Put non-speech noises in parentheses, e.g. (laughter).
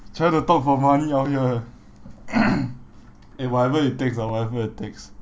trying to talk for money out here (coughs) eh whatever it takes ah whatever it takes